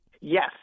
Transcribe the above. Yes